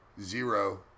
zero